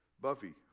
Buffy